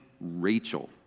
Rachel